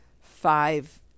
five